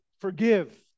forgive